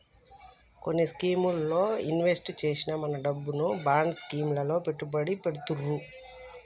కొన్ని స్కీముల్లో ఇన్వెస్ట్ చేసిన మన డబ్బును బాండ్ స్కీం లలో పెట్టుబడి పెడతుర్రు